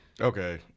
Okay